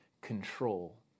control